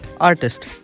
artist